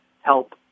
help